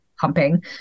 pumping